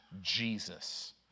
Jesus